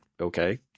Okay